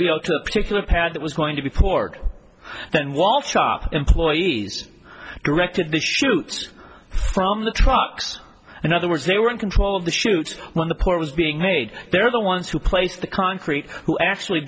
you know to a particular pad that was going to be pork then wall chop employees directed the shoot from the trucks in other words they were in control of the chute when the port was being made they're the ones who placed the concrete who actually